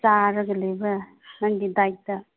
ꯆꯥꯔꯒ ꯂꯩꯕ꯭ꯔꯥ ꯅꯪꯒꯤ ꯗꯥꯏꯠꯇ